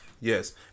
yes